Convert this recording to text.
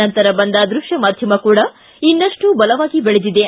ನಂತರ ಬಂದ ದೃತ್ಯ ಮಾಧ್ಯಮ ಕೂಡ ಇನ್ನಷ್ಟು ಬಲವಾಗಿ ಬೆಳೆದಿದೆ